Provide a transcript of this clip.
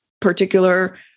particular